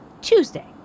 Tuesday